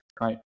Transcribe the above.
right